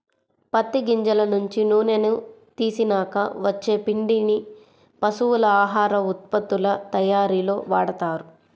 పత్తి గింజల నుంచి నూనెని తీసినాక వచ్చే పిండిని పశువుల ఆహార ఉత్పత్తుల తయ్యారీలో వాడతారు